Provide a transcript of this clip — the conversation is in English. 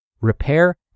repair